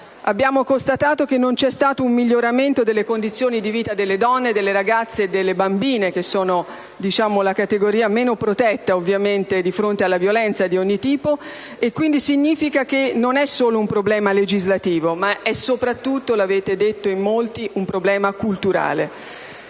Abbiamo constatato che non c'è stato un miglioramento delle condizioni di vita delle donne, delle ragazze e delle bambine, che sono ovviamente la categoria meno protetta di fronte alla violenza di ogni tipo. Ciò significa che non si tratta solo di un problema legislativo, ma soprattutto - è stato detto da molti - di un problema culturale.